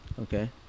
Okay